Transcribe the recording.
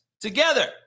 together